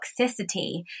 toxicity